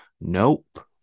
Nope